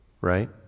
Right